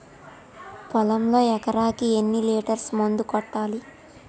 పొలంలో ఎకరాకి ఎన్ని లీటర్స్ మందు కొట్టాలి?